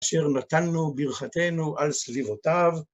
אשר נתנו ברכתנו על סביבותיו.